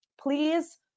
Please